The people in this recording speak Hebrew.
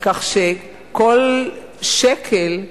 כך שכל שקל,